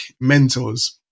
mentors